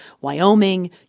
Wyoming